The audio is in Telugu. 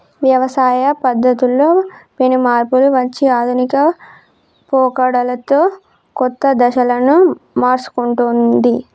వ్యవసాయ పద్ధతుల్లో పెను మార్పులు వచ్చి ఆధునిక పోకడలతో కొత్త దిశలను మర్సుకుంటొన్ది